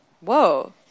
Whoa